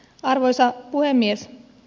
arvoisa puhemies